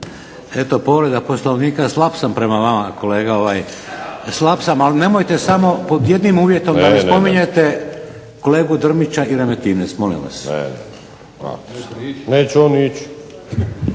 Eto povreda Poslovnika, slab sam prema vama kolega, slab sam, ali nemojte samo, pod jednim uvjetom da ne spominjete kolegu Drmića i Remetinec, molim vas. **Vinković,